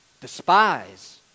despise